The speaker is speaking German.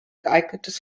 geeignetes